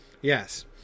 Yes